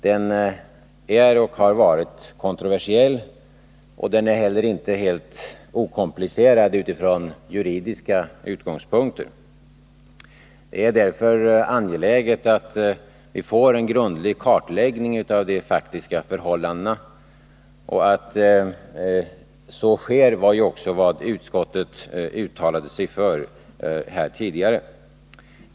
Den är och har varit kontroversiell, och den är heller inte helt okomplicerad ifrån juridiska utgångspunkter. Det är därför angeläget att vi får en grundlig kartläggning av de faktiska förhållandena, och det är ju också vad riksdagen har uttalat sig för tidigare.